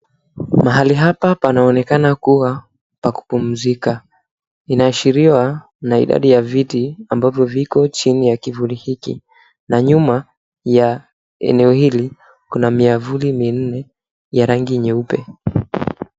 Mahali hapa panaonekana kuwa pa kupumzika. Inaashiriwa na idadi ya viti ambavyo viko chini ya kivuli hiki na nyuma ya eneo hili kuna miavuli minne ya rangi nyeupe.